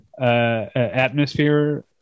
atmosphere